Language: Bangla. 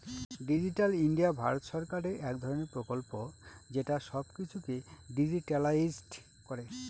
ডিজিটাল ইন্ডিয়া ভারত সরকারের এক ধরনের প্রকল্প যেটা সব কিছুকে ডিজিট্যালাইসড করে